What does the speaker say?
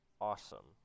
Awesome